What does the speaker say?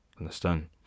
understand